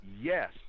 Yes